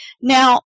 Now